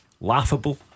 laughable